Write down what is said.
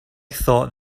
thought